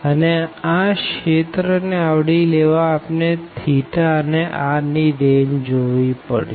અને આ રિજિયન ને આવરી લેવા આપણે અને r ની રેંજ જોવી પડશે